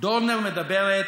דורנר מדברת